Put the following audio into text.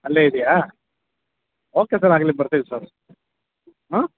ಅಲ್ಲೇ ಇದಿಯಾ okay sir ಆಗಲಿ ಬರ್ತಿವಿ ಸರ್ ಹಾಂ